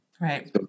right